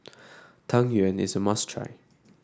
Tang Yuen is a must try